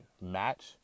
match